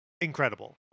incredible